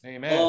Amen